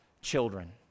children